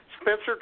Spencer